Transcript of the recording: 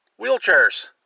wheelchairs